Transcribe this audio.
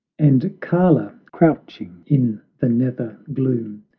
and kala, crouching in the nether gloom,